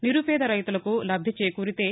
నిరుపేద రైతులకు లబ్ధిచూకూరితే